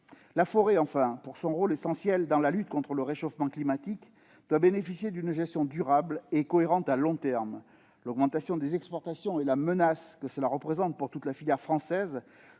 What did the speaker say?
La forêt, enfin, de par son rôle essentiel dans la lutte contre le réchauffement climatique, doit bénéficier d'une gestion durable et cohérente sur le long terme. L'augmentation des exportations et la menace que cela représente pour toute la filière française